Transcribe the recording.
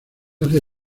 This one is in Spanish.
hace